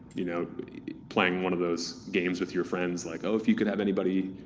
you know playing one of those games with your friends like, oh, if you could have anybody.